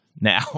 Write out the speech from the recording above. Now